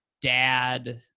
dad